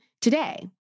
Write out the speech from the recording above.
today